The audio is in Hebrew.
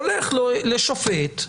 הולך לשופט,